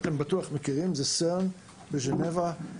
זה Sern מג'נבה,